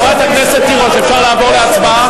חברת הכנסת תירוש, אפשר לעבור להצבעה?